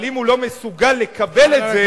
אבל אם הוא לא מסוגל לקבל את זה,